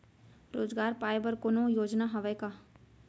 रोजगार पाए बर कोनो योजना हवय का?